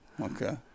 Okay